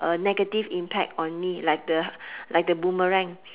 uh negative impact on me like the like the boomerang